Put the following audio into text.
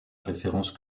référence